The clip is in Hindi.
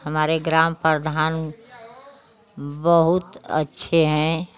हमारे ग्राम प्रधान बहुत अच्छे हैं